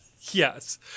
yes